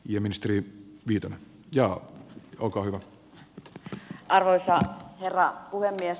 työministeriö pitää ja onko hyvä että arvoisa herra puhemies